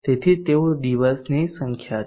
તેથી તેઓ દિવસની સંખ્યા છે